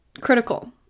critical